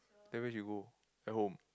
then where she go at home